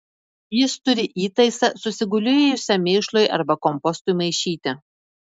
jis turi įtaisą susigulėjusiam mėšlui arba kompostui maišyti